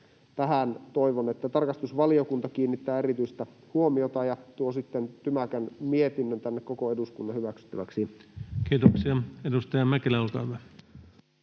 Toivon, että tarkastusvaliokunta kiinnittää tähän erityistä huomiota ja tuo sitten tymäkän mietinnön tänne koko eduskunnan hyväksyttäväksi. [Speech 183] Speaker: